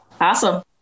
Awesome